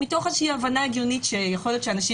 מתוך איזו שהיא הבנה הגיונית שיכול להיות שאנשים